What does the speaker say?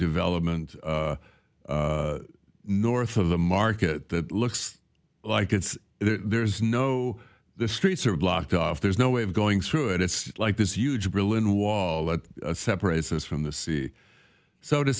development north of the market looks like it's there's no the streets are blocked off there's no way of going through it it's like this huge berlin wall that separates us from the sea so to